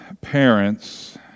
parents